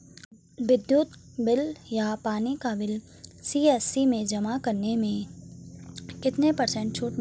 विद्युत बिल या पानी का बिल सी.एस.सी में जमा करने से कितने पर्सेंट छूट मिलती है?